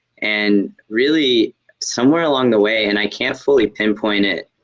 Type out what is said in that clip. and really somewhere along the way, and i can't fully pinpoint it,